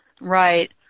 Right